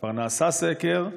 כבר נעשה סקר,